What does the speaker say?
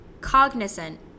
Cognizant